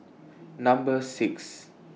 Number six